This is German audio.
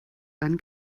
dann